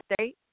state